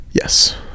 Yes